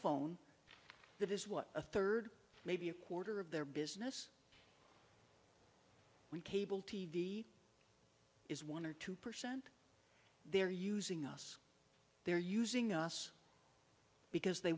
phone that is what a third maybe a quarter of their business week cable t v is one or two percent they're using us they're using us because they